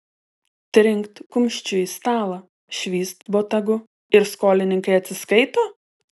trinkt kumščiu į stalą švyst botagu ir skolininkai atsiskaito